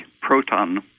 proton